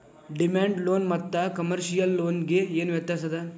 Demand loan ಮತ್ತ commercial loan ಗೆ ಏನ್ ವ್ಯತ್ಯಾಸದ?